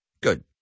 Good